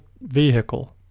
vehicle